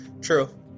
True